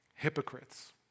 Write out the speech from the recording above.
hypocrites